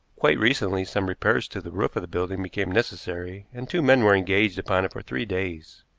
quite recently some repairs to the roof of the building became necessary, and two men were engaged upon it for three days.